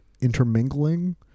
intermingling